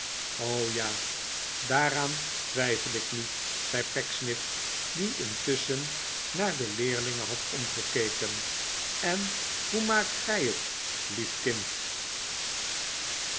ja daaraan twijfel ik niet zei pecksniff die intusschen naar de leerlinge had omgekeken en hoe maakt gij het lief kind